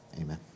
amen